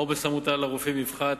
העומס המוטל על רופאים יפחת,